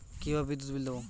কিভাবে বিদ্যুৎ বিল দেবো?